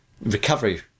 recovery